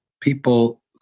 people